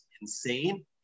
insane